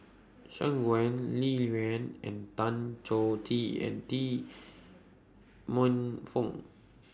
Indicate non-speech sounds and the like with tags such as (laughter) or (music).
Shangguan Liuyun and Tan Choh Tee and Tee (noise) Man Fong